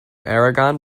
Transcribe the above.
aragon